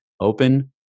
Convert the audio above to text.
open